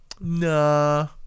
nah